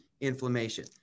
inflammation